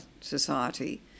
society